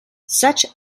such